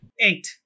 Eight